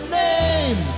name